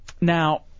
Now